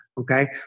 Okay